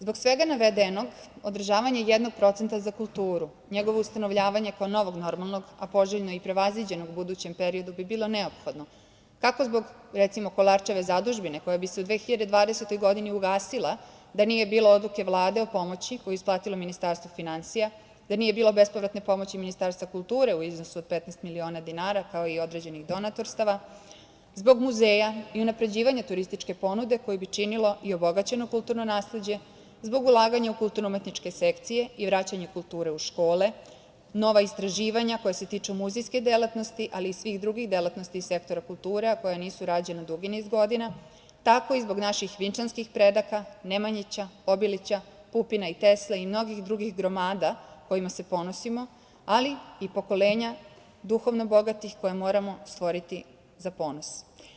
Zbog navedenog održavanje jednog procenta za kulturu, njegovo ustanovljavanje kao novog normalnog, a poželjno i prevaziđenog u budućem periodu bi bilo neophodno kako zbog Kolarčeve zadužbine koja bi se u 2020. godini ugasila da nije bilo odluke Vlade o pomoći koju je isplatilo Ministarstvo finansija, da nije bilo bespovratne pomoći Ministarstva kulture u iznosu od 15 miliona dinara, kao i određenih donatorstava, zbog muzeja i unapređivanja turističke ponude koju bi činilo i obogaćeno kulturno nasleđe, zbog ulaganje u kulturno-umetničke sekcije i vraćanje kulture u škole, nova istraživanja koja se tiču muzejske delatnosti, ali i svih drugih delatnosti iz sektora kulture, a koja nisu rađena dugi niz godina, tako i zbog naših vinčanskih predaka, Nemanjića, Obilića, Pupina i Tesle i mnogih drugih gromada kojima se ponosimo, ali i pokolenja duhovno bogatih koje moramo stvoriti za ponos.